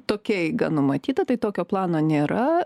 tokia eiga numatyta tai tokio plano nėra